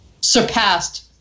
surpassed